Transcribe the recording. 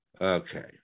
Okay